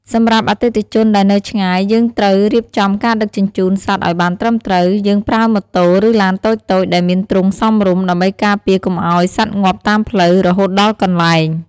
សម្រាប់អតិថិជនដែលនៅឆ្ងាយ យើងត្រូវរៀបចំការដឹកជញ្ជូនសត្វឲ្យបានត្រឹមត្រូវ។ យើងប្រើម៉ូតូ ឬឡានតូចៗ ដែលមានទ្រុងសមរម្យ ដើម្បីការពារកុំឲ្យសត្វងាប់តាមផ្លូវ រហូតដល់កន្លែង។